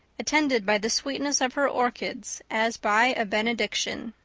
attended by the sweetness of her orchids as by a benediction.